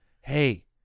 Hey